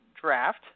draft